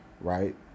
right